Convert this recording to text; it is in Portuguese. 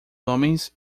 homens